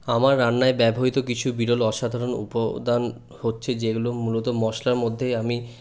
আমার রান্নায় ব্যবহৃত কিছু বিরল অসাধারণ উপাদান হচ্ছে যেগুলো মূলত মশলার মধ্যে আমি